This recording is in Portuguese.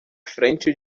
frente